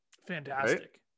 fantastic